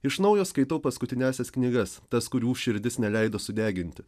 iš naujo skaitau paskutiniąsias knygas tas kurių širdis neleido sudeginti